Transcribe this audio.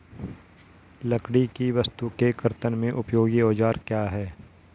लकड़ी की वस्तु के कर्तन में उपयोगी औजार क्या हैं?